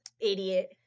idiot